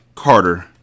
Carter